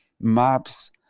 MAPS